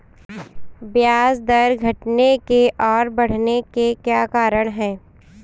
ब्याज दर के घटने और बढ़ने के क्या कारण हैं?